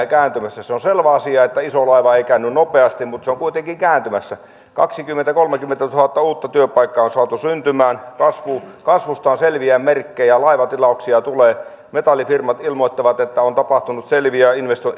kääntymässä se on selvä asia että iso laiva ei käänny nopeasti mutta se on kuitenkin kääntymässä kaksikymmentätuhatta viiva kolmekymmentätuhatta uutta työpaikkaa on saatu syntymään kasvusta on selviä merkkejä laivatilauksia tulee metallifirmat ilmoittavat että on tapahtunut selviä